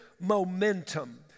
momentum